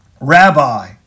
Rabbi